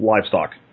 livestock